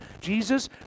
Jesus